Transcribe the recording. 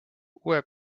uue